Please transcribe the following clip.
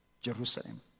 Jerusalem